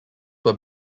were